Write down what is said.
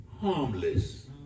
Harmless